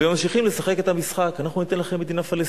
והם ממשיכים לשחק את המשחק: אנחנו ניתן לכם מדינה פלסטינית.